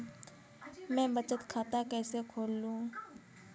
मैं बचत खाता कैसे खोलूं?